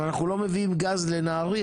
אם אנחנו לא מביאים גז לנהריה,